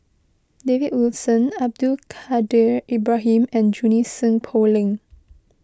David Wilson Abdul Kadir Ibrahim and Junie Sng Poh Leng